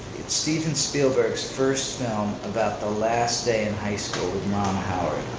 it's steven spielberg's first film about the last day in high school, with ron howard.